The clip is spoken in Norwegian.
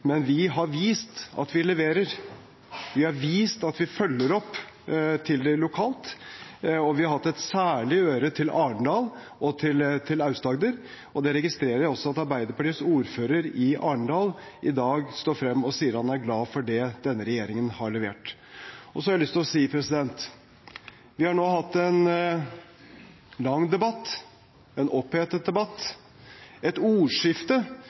men vi har vist at vi leverer. Vi har vist at vi følger opp lokalt. Vi har hatt et særlig øre til Arendal og til Aust-Agder. Jeg registrerer at Arbeiderpartiets ordfører i Arendal i dag står frem og sier han er glad for det denne regjeringen har levert. Så har jeg lyst til å si: Vi har nå hatt en lang debatt, en opphetet debatt, et ordskifte